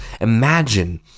Imagine